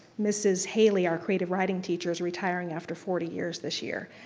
mrs. haley, our creative writing teacher is retiring after forty years this year.